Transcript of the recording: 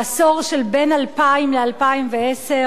בעשור שבין 2000 ל-2010,